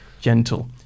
gentle